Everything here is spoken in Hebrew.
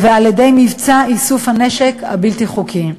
ועל-ידי מבצע איסוף נשק בלתי-חוקי.